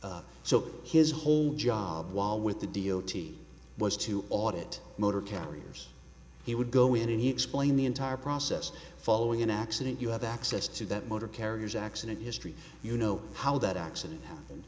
briefing so his whole job while with the d o t was to audit motor carriers he would go in and he explained the entire process following an accident you have access to that motor carrier's accident history you know how that accident happened